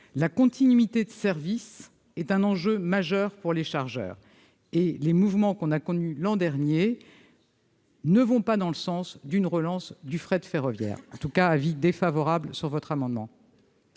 la continuité de service est un enjeu majeur pour les chargeurs. Or les mouvements que l'on a connus l'an dernier ne vont pas dans le sens d'une relance du fret ferroviaire. L'avis est défavorable. La parole est